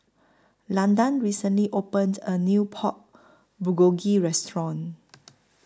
Landan recently opened A New Pork Bulgogi Restaurant